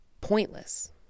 pointless